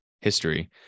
history